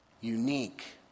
Unique